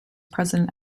president